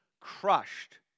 crushed